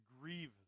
grieve